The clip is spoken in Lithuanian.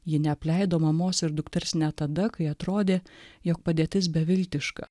ji neapleido mamos ir dukters net tada kai atrodė jog padėtis beviltiška